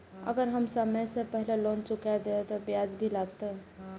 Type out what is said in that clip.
अगर हम समय से पहले लोन चुका देलीय ते ब्याज भी लगते?